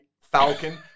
falcon